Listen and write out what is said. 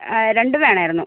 രണ്ടും വേണമായിരുന്നു